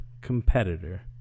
competitor